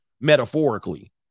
metaphorically